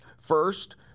First